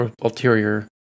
ulterior